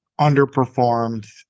underperformed